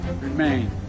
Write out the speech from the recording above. remain